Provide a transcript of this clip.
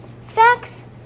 facts